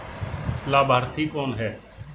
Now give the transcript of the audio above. लाभार्थी कौन है?